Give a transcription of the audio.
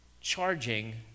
charging